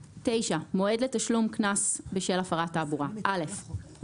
מועד לתשלום קנס בשל הפרת תעבורה מפר